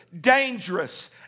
dangerous